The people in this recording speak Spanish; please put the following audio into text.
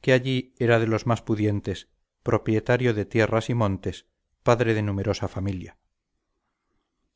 que allí era de los más pudientes propietario de tierras y montes padre de numerosa familia